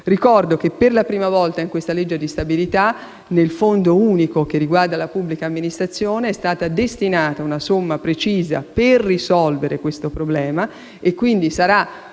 Ricordo che per la prima volta in questa legge di stabilità nel Fondo unico che riguarda la pubblica amministrazione è stata destinata una somma precisa alla risoluzione di questo problema. Sarà quindi una